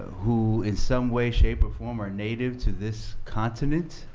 who in some way, shape, or form, are native to this continent,